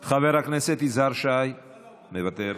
חבר הכנסת יזהר שי, מוותר,